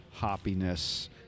hoppiness